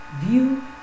View